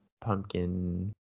pumpkin